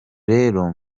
rero